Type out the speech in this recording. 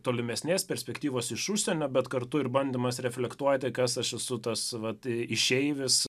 tolimesnės perspektyvos iš užsienio bet kartu ir bandymas reflektuoti kas aš esu tas vat išeivis